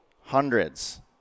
hundreds